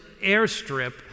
airstrip